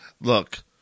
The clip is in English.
Look